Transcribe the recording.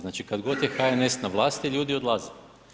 Znači kad god je HNS na vlasti ljudi odlaze.